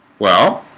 well